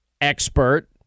expert